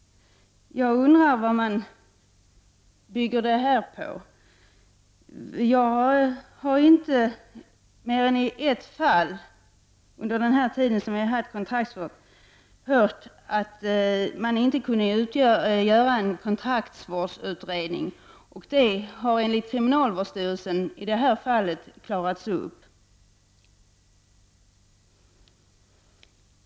Jag undrar vad detta påstående bygger på. Jag har inte mer än i ett fall under den tid som vi har haft kontraktsvård hört att det inte har kunnat göras en kontraktvårdsutredning. Det fallet har enligt kriminalvårdsstyrelsen klarats upp.